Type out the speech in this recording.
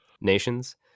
nations